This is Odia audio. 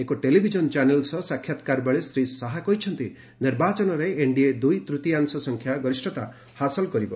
ଏକ ଟେଲିଭିଜନ୍ ଚାନେଲ୍ ସହ ସାକ୍ଷାତକାର ବେଳେ ଶ୍ରୀ ଶାହ କହିଛନ୍ତି ନିର୍ବାଚନରେ ଏନ୍ଡିଏ ଦୁଇ ତୃତୀୟାଂଶ ସଂଖ୍ୟା ଗରିଷ୍ଠତା ହାସଲ କରିବ